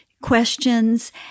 questions